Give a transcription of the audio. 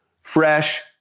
fresh